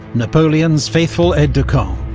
napoleon's faithful aide-de-camp,